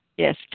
Yes